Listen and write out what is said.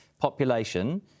population